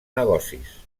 negocis